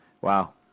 Wow